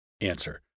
answer